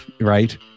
right